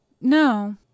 No